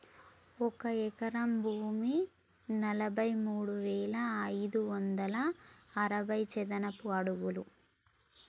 ఒక ఎకరం భూమి నలభై మూడు వేల ఐదు వందల అరవై చదరపు అడుగులు